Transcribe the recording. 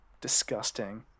disgusting